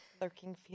lurking